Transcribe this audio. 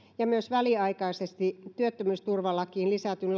ja myös väliaikaisesti työttömyysturvalakiin lisätyn